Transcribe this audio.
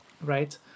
right